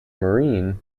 marine